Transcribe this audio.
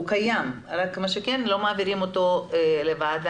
הוא קיים בל לא מעבירים אותו לוועדה.